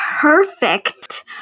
perfect